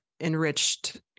enriched